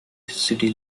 city